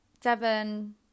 seven